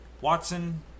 Watson